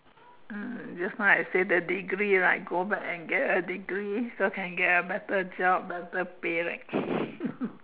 um just now I say the degree right go back and get a degree so can get a better job better pay right